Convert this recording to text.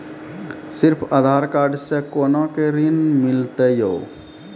सिर्फ आधार कार्ड से कोना के ऋण मिलते यो?